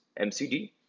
MCD